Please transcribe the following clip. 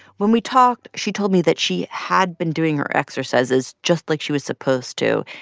when we talked, she told me that she had been doing her exercises just like she was supposed to.